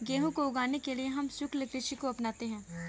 गेहूं को उगाने के लिए हम शुष्क कृषि को अपनाते हैं